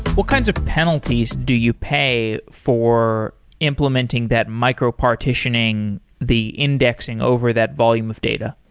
what kinds of penalties do you pay for implementing that micro-partitioning, the indexing over that volume of data?